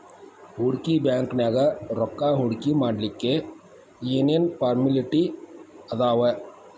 ಹೂಡ್ಕಿ ಬ್ಯಾಂಕ್ನ್ಯಾಗ್ ರೊಕ್ಕಾ ಹೂಡ್ಕಿಮಾಡ್ಲಿಕ್ಕೆ ಏನ್ ಏನ್ ಫಾರ್ಮ್ಯಲಿಟಿ ಅದಾವ?